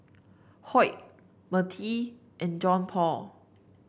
Hoyt Mertie and Johnpaul